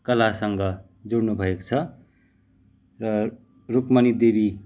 कलासँग जोडिनु भएको छ र रूपमणी देवी